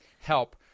help